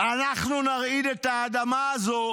"אנחנו נרעיד את האדמה הזו